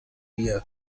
areas